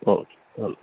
okay okay